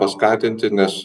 paskatinti nes